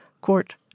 Court